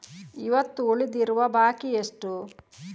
ಇವತ್ತು ಉಳಿದಿರುವ ಬಾಕಿ ಎಷ್ಟು?